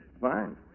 Fine